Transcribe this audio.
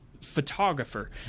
photographer